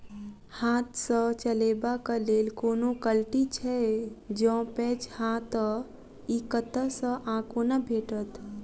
हाथ सऽ चलेबाक लेल कोनों कल्टी छै, जौंपच हाँ तऽ, इ कतह सऽ आ कोना भेटत?